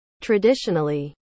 Traditionally